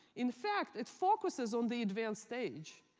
in fact, it focuses on the advanced age.